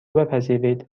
بپذیرید